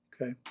Okay